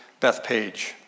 Bethpage